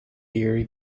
erie